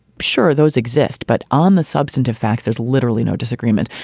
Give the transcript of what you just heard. sure, those exist, but on the substantive facts, there's literally no disagreement.